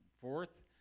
Fourth